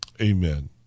Amen